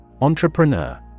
Entrepreneur